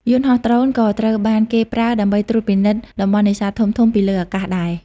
យន្តហោះដ្រូនក៏ត្រូវបានគេប្រើដើម្បីត្រួតពិនិត្យតំបន់នេសាទធំៗពីលើអាកាសដែរ។